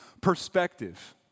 perspective